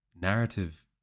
narrative